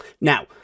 Now